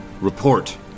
report